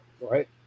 Right